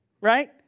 right